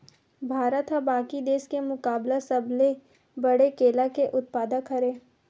भारत हा बाकि देस के मुकाबला सबले बड़े केला के उत्पादक हरे